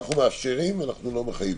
אנחנו מאפשרים אנחנו לא מחייבים.